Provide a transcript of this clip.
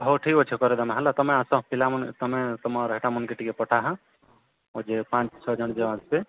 ହଉ ଠିକ୍ ଅଛେ କରେଇ ଦେମା ହେଲା ତମେ ଆସ ପିଲାମାନେ ତମେ ତମର୍ ହେଟାମାନ୍କେ ଟିକେ ପଠାହା ଜେନ୍ ପାଞ୍ଚ ଛଅ ଜଣ ଝିଅ ଆସ୍ବେ